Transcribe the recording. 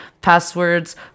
passwords